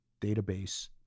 database